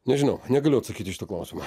nežinau negaliu atsakyt į šitą klausimą